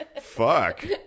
Fuck